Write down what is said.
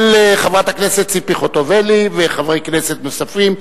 של חברת הכנסת ציפי חוטובלי וחברי כנסת נוספים.